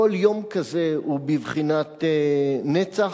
כל יום כזה הוא בבחינת נצח,